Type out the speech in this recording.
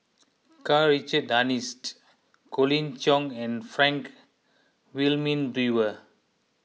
Karl Richard Hanitsch Colin Cheong and Frank Wilmin Brewer